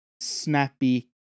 snappy